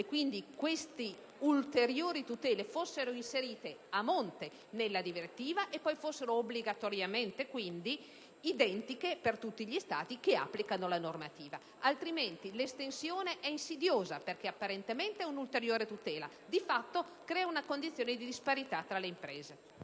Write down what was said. e quindi le ulteriori tutele fossero inserite a monte, nella direttiva, e quindi fossero obbligatoriamente identiche per tutti gli Stati che applicano la normativa. Altrimenti, l'estensione diventa insidiosa perché apparentemente è un'ulteriore tutela, ma di fatto crea una condizione di disparità tra le imprese.